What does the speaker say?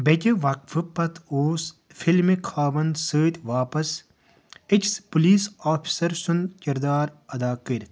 بیٛکہِ وقفہٕ پتہٕ اوس فِلمہِ خاوَنٛد سۭتۍ واپس أکِس پُلیس آفیسَر سُنٛد کِردار ادا کٔرِتھ